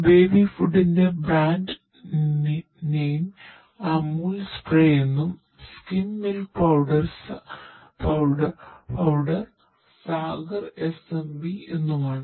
baby ഫുഡിന്റെ brand നാമം Amul spray എന്നുമാണ്